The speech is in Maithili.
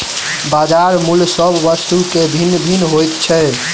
बजार मूल्य सभ वस्तु के भिन्न भिन्न होइत छै